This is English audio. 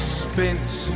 spins